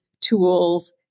tools